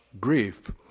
grief